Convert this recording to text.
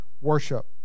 worship